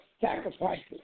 sacrifices